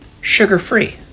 sugar-free